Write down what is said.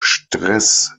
stress